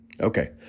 Okay